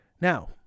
Now